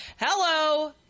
Hello